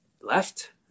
left